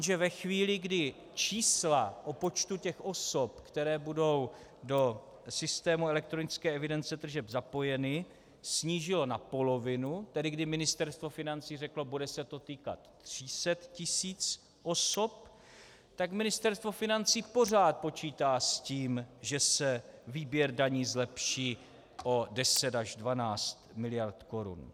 Jenže ve chvíli, kdy čísla o počtu těch osob, které budou do systému elektronické evidence tržeb zapojeny, snížilo na polovinu, tedy kdy Ministerstvo financí řeklo bude se to týkat 300 tisíc osob, tak Ministerstvo financí pořád počítá s tím, že se výběr daní zlepší o 10 až 12 mld. Kč.